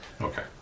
Okay